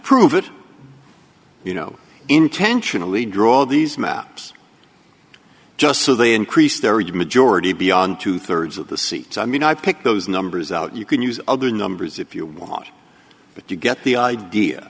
prove it you know intentionally draw all these maps just so they increased their huge majority beyond two thirds of the seats i mean i pick those numbers out you can use other numbers if you want but you get the idea